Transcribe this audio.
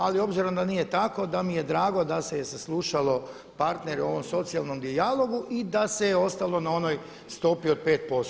Ali obzirom da nije tako da mi je drago da se je saslušalo partnere u ovom socijalnom dijalogu i da se ostalo na onoj stopi od 5%